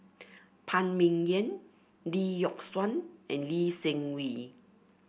Phan Ming Yen Lee Yock Suan and Lee Seng Wee